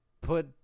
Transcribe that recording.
put